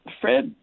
Fred